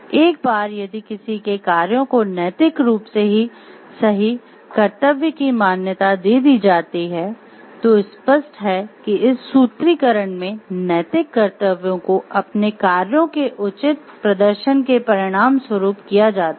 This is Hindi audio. एक बार यदि किसी के कार्यों को नैतिक रूप से सही कर्त्तव्य की मान्यता दे दी जाती है तो स्पष्ट हैं कि इस सूत्रीकरण में नैतिक कर्तव्यों को अपने कार्यों के उचित प्रदर्शन के परिणामस्वरूप किया जाता है